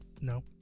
No